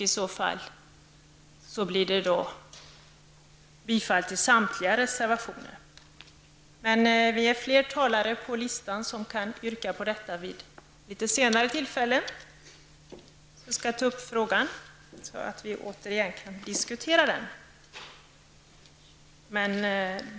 I så fall är det fråga om att yrka bifall till samtliga reservationer. Vi är fler talare på listan som kan göra samma yrkande vid ett senare tillfälle. Jag kommer att ta upp frågan så att vi återigen kan diskutera den.